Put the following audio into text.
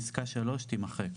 פסקה (3) תימחק.